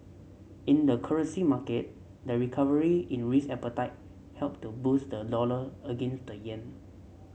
in the currency market the recovery in risk appetite helped to boost the dollar against the yen